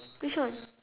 which one